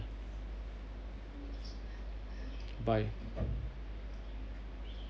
bye